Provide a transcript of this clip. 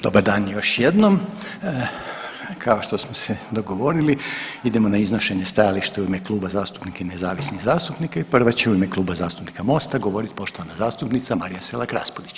dan još jednom, kao što smo se dogovorili idemo na iznošenje stajališta u ime kluba zastupnika i nezavisnih zastupnika i prva će u ime Kluba zastupnika MOST-a govorit poštovana zastupnica Marija Selak Raspudić.